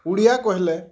ଓଡ଼ିଆ କହିଲେ